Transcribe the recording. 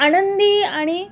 आनंदी आणि